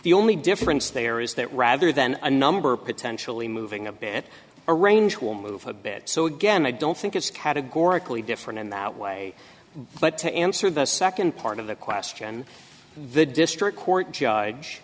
the only difference there is that rather than a number potentially moving a bit a range will move a bit so again i don't think it's categorically different in that way but to answer the second part of the question the district court judge